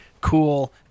cool